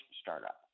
startup